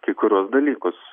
kai kuriuos dalykus